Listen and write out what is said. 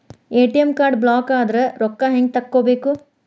ATM card ಬ್ಲಾಕದ್ರ ರೊಕ್ಕಾ ಹೆಂಗ್ ತಕ್ಕೊಬೇಕು?